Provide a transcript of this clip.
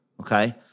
Okay